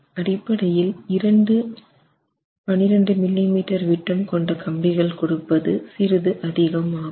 அடிப்படையில் 2 12 மில்லிமீட்டர் விட்டம் கொண்ட கம்பிகள் கொடுப்பது சிறிது அதிகம் ஆகும்